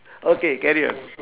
okay carry on